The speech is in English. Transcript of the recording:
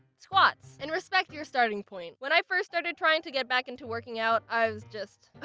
squats! and respect your starting point. when i first started trying to get back into working out, i was just